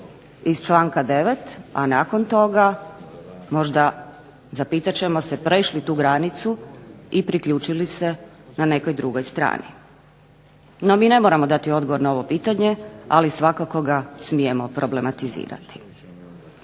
iz članka 9., a nakon toga možda zapitat ćemo se prešli tu granicu i priključili se na nekoj drugoj strani. No mi ne moramo dati odgovor na ovo pitanje, ali svakako ga smijemo problematizirati.